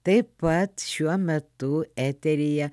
taip pat šiuo metu eteryje